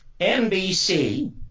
NBC